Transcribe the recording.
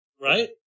right